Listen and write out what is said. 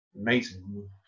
amazing